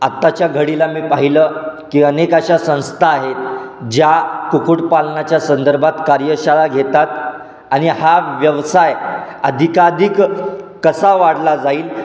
आत्ताच्या घडीला मी पाहिलं की अनेक अशा संस्था आहेत ज्या कुक्कुटपालनाच्या संदर्भात कार्यशाळा घेतात आणि हा व्यवसाय अधिकाधिक कसा वाढला जाईल